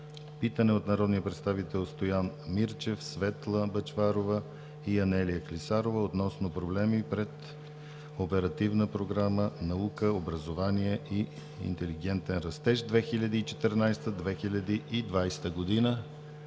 питане от народните представители Стоян Мирчев, Светла Бъчварова и Анелия Клисарова относно проблеми пред Оперативна програма „Наука и образование за интелигентен растеж“ 2014 – 2020 г.